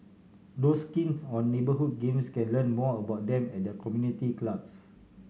those keen on the neighbourhood games can learn more about them at their community clubs